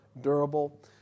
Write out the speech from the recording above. durable